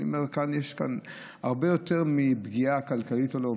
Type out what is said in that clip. אני אומר שיש כאן הרבה יותר מפגיעה כלכלית או לא.